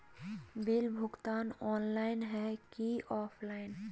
Bill भुगतान online है की ऑफलाइन?